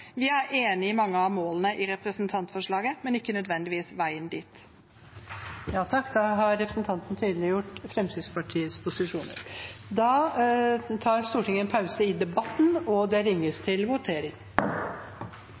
målene i representantforslaget, men ikke nødvendigvis veien dit. Da har representanten Åshild Bruun-Gundersen tydeliggjort Fremskrittspartiets posisjoner. Stortinget tar da en pause i debatten for å votere. Stortinget er da klare til å gå til votering. Det